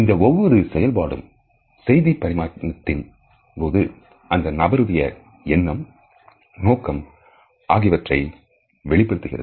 இந்த ஒவ்வொரு செயல்பாடும் செய்தி பரிமாற்றத்தின் போது அந்த நபருடைய எண்ணம் நோக்கம் ஆகியவற்றை வெளிப்படுத்துகிறது